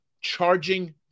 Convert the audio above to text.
charging